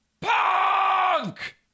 Punk